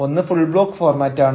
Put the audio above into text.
ഒന്ന് full block ഫോർമാറ്റാണ്